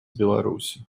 беларуси